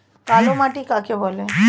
কালোমাটি কাকে বলে?